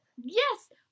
yes